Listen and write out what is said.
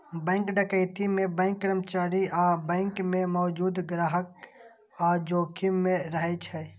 bank डकैती मे bank कर्मचारी आ बैंक मे मौजूद ग्राहकक जान जोखिम मे रहै छै